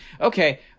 okay